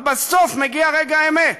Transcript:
אבל בסוף מגיע רגע האמת.